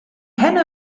henne